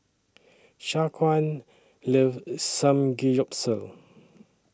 Shaquan loves Samgeyopsal